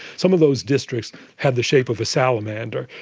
some of those districts had the shape of a salamander,